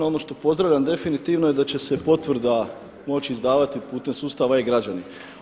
Ono što pozdravljam definitivno je da će se potvrda moći izdavati putem sustava e-Građani.